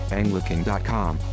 anglican.com